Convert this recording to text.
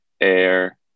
air